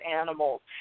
animals